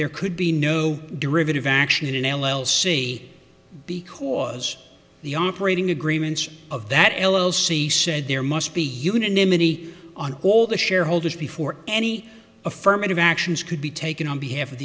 there could be no derivative action in an l l c because the operating agreements of that l l c said there must be unanimity on all the shareholders before any affirmative actions could be taken on behalf of